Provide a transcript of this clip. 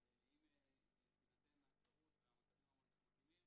אבל אם תינתן האפשרות והמשאבים המתאימים,